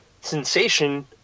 sensation